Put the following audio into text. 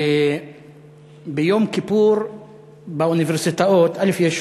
ביום כיפור באוניברסיטאות, א.